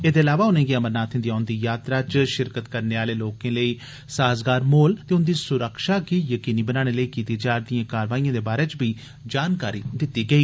एदे इलावा उनेंगी अमरनाथें दी औंदी यात्रा च षिरकत करने आले लोकें लेई साजगार माहौल ते उंदी सुरक्षा गी यकीनी बनाने लेई कीती जा'रदिएं कारवाइएं दे बारै च बी जानकारी दित्ती गेई